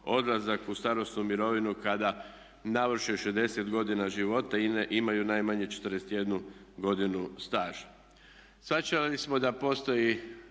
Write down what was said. odlazak u starosnu mirovinu kada navrše 60 godina života i imaju najmanje 41 godinu staža.